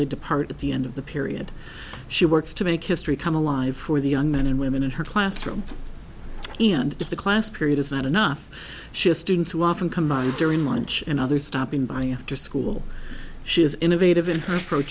they depart at the end of the period she works to make history come alive for the young men and women in her classroom and the class period is not enough just students who often come out during lunch and others stopping by after school she is innovative in her